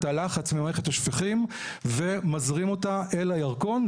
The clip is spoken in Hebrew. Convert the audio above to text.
הלחץ ממערכת השפכים ומזרים אותה אל הירקון,